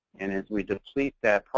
and as we deplete that